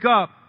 up